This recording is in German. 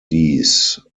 dies